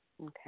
Okay